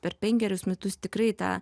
per penkerius metus tikrai tą